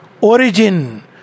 origin